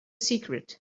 secret